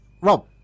Rob